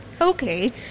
Okay